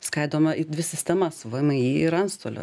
skaidoma į dvi sistemas vmi ir antstolių